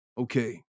okay